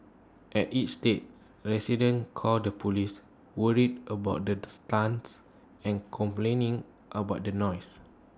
at each estate residents called the Police worried about the stunts and complaining about the noise